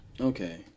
Okay